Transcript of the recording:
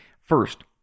First